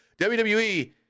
WWE